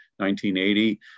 1980